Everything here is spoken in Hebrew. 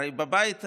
הרי בבית הזה,